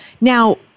now